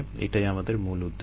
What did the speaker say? এটাই আমাদের মূল উদ্দেশ্য